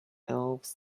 elves